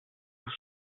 vous